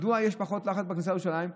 מדוע יש פחות לחץ בכניסה לירושלים?